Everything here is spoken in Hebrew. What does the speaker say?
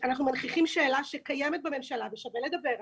אנחנו מנכיחים שאלה שקיימת בממשלה ושווה לדבר עליה.